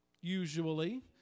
usually